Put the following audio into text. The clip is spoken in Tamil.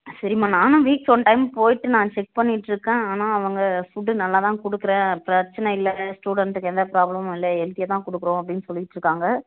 சரிமா நானும் வீக்ஸ் ஓன் டைம் போயிட்டு நானும் செக் பண்ணிட்டுருக்கன் ஆனால் அவங்க ஃபுட்டு நல்லா தான் கொடுக்குறேன் பிரச்சனைல்ல ஸ்டுடண்ட்டுக்கு எந்த ப்ராப்ளமு இல்லை ஹெல்தியாகதான் கொடுக்குறோம் அப்படின்னு சொல்லிட்டுறுக்காங்க